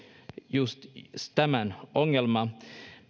just tämän ongelman